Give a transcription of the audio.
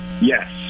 Yes